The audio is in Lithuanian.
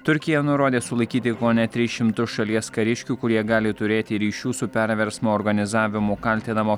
turkija nurodė sulaikyti kone tris šimtus šalies kariškių kurie gali turėti ryšių su perversmo organizavimu kaltinamo